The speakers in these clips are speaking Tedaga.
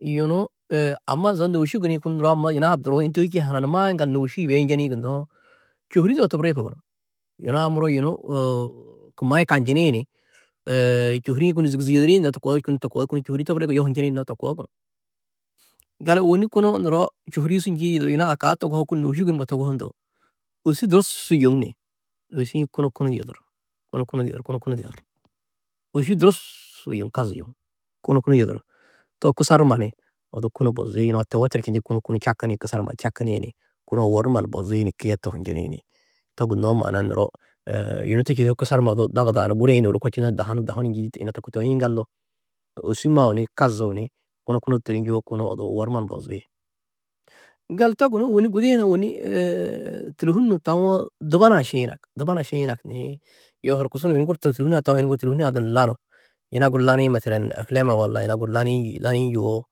Yunu amma zo nôuši guniĩ kunu nuro amma yuna-ã duruú, yunu tohî čîĩ hananumãá yiŋɡaldu nôuši yibeyi njenĩ gunnoó čôhuri zaga toburîe koo gunú, yunu-ã muro yunu kumayi kanjini ni čôhuri-ĩ kunu zûgu zûgu yodirĩ noo to koo di kunu, to koo kunu čôhuri-ĩ toburîe koo yohu njenĩ noo to koo gunú. Gali ôwonni kunu nuro čôhuri-ĩ su njîidi yina a kaa toguhoo kunu nôuši gunumo toguhoo ndo ôbusu durusu yoŋ ni ôbusi-ĩ kunu kunu du yodur, kunu kunu kunu du yodur, ôbusu durusu yoŋ kazu yoŋ, kunu kunu yodur too kusar numa ni odu kunu bozi yunu-ã towotur čindĩ kunu kunu čakini, kusar numa čakini ni kunu owor numa ni bozi ni kiye tohu njeni ni, to gunnoó maana-ã nuro, gunu su čîde kusar numa odu dogud-ã ni guri-ĩ ni ôro kôčino ni dahu ni dahu ni njîdi čî, yunu toi yiŋgaldu ôbusu mau ni kazuũ ni kunu kunu du torîi njûwo kunu odu owor numa ni bozui, gali to gunú ôwonni gudi-ĩ ôwonni tôlhun nu taũwo dubana šiî yinak, dubana šiî ni, yoo horkusu ni yunu budi tôluhun-ã tohoo yunu wo tôluhun-ã dun lanu, yina guru lani-ĩ masalan afulamma walla yina guru lanîî njîidi laniî lanîi njûwo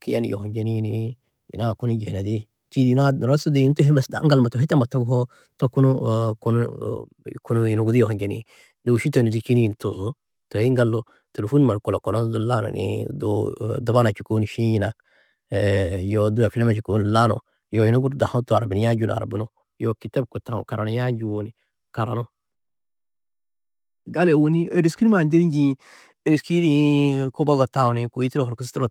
keyi ni yohu njeni ni yunu-ã kunu njihinedi, čîidi yuna-ã nuro su yunu tohi aŋgal numa tohi tammo togusoo to kunu kunu yunu gudi yohu njeni, nôuši to ni zûčini ni tuzú. Toi yiŋɡaldu tôluhun numa du kolokolonu du lanu ni du dubana čûkoo ni šiĩ yinak, yoo du afulamma čûkoo ni lanu yoo yunu gudi dahu taũ arbinia du njûwo ni arbinu, yoo kîtab koo taũ karania du njûwo ni karanu, gali ôwonni êriski numa ndeî njîĩ, êriski-ĩ ni-ĩ kubogo taũ ni kôi turo horkusu turo.